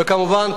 וכמובן,